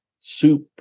soup